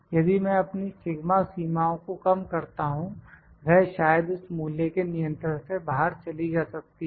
यदि मैं अपनी सिगमा सीमाओं को कम करता हूं वह शायद इस मूल्य के नियंत्रण से बाहर चली जा सकती है